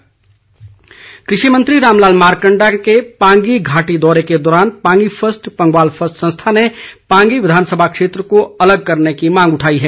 मारकंडा कृषि मंत्री राम लाल मारकंडा के पांगी घाटी दौरे के दौरान पांगी फस्ट पंगवाल फस्ट संस्था ने पांगी विधानसभा क्षेत्र को अलग करने की मांग उठाई है